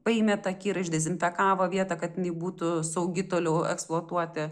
paėmė tą kirą išdezinfekavo vietą kad jinai būtų saugi toliau eksploatuoti